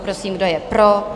Prosím, kdo je pro?